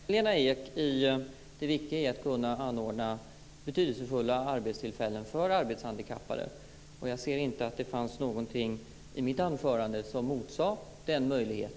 Fru talman! Jag håller med Lena Ek om det viktiga i att kunna anordna betydelsefulla arbetstillfällen för arbetshandikappade. Och jag ser inte att det fanns någonting i mitt anförande som motsade denna möjlighet.